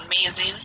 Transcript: amazing